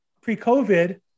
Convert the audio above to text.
pre-COVID